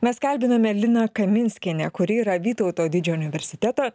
mes kalbinome liną kaminskienę kuri yra vytauto didžiojo universiteto